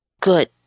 Good